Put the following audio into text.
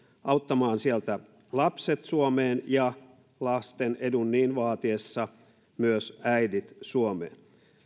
auttamaan sieltä lapset suomeen ja lasten edun niin vaatiessa myös äidit suomeen